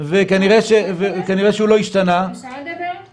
וכנראה שהוא לא השתנה הוראות החוק